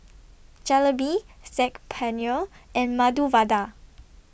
Jalebi Saag Paneer and Medu Vada